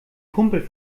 kumpel